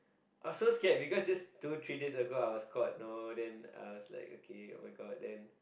I was so scared because two three days ago I was caught know and then